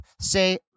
say